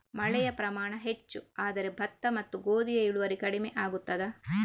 ಮಳೆಯ ಪ್ರಮಾಣ ಹೆಚ್ಚು ಆದರೆ ಭತ್ತ ಮತ್ತು ಗೋಧಿಯ ಇಳುವರಿ ಕಡಿಮೆ ಆಗುತ್ತದಾ?